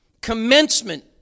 Commencement